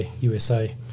USA